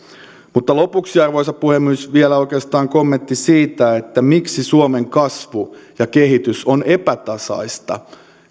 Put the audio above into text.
lopuksi arvoisa puhemies vielä kommentti siitä miksi suomen kasvu ja kehitys on epätasaista